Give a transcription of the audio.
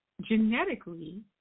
genetically